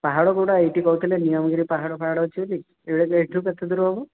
ପାହାଡ଼ କେଉଁଟା ଏଇଟି କହୁଥିଲେ ନିଆଁମ ଗିରି ପାହାଡ଼ ଫାହାଡ଼ ଅଛି ବୋଲି ଏଇଠୁ କେତେ ଦୂର ହେବ